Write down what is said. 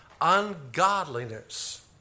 ungodliness